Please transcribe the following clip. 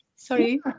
Sorry